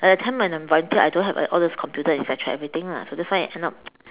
like that time when I volunteer I don't have all these computer et cetera everything lah that's why I end up